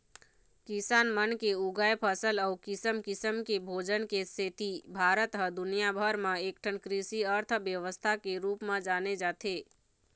किसान मन के उगाए फसल अउ किसम किसम के भोजन के सेती भारत ह दुनिया भर म एकठन कृषि अर्थबेवस्था के रूप म जाने जाथे